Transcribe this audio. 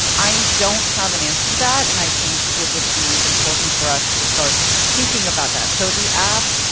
um i don't have an answer to that, and i think it would be important for us to start thinking about that, so the app,